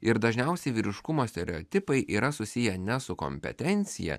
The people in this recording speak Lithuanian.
ir dažniausiai vyriškumo stereotipai yra susiję ne su kompetencija